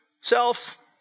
self